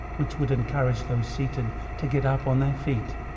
which would encourage those seated to get up on their feet.